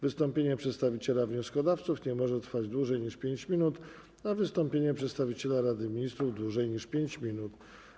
Wystąpienie przedstawiciela wnioskodawców nie może trwać dłużej niż 5 minut, a wystąpienie przedstawiciela Rady Ministrów - dłużej niż 5 minut.